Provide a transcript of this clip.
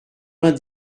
vingt